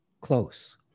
close